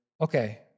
okay